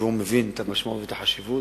הציבור מבין את המשמעות ואת החשיבות,